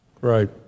Right